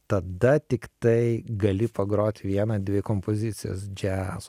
tada tiktai gali pagrot vieną dvi kompozicijas džiazo